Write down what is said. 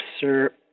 sir